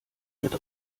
mit